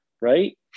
right